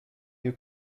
you